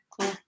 cool